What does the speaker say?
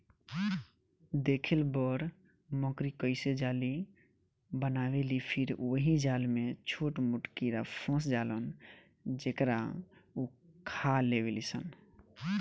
देखेल बड़ मकड़ी कइसे जाली बनावेलि फिर ओहि जाल में छोट मोट कीड़ा फस जालन जेकरा उ खा लेवेलिसन